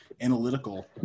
analytical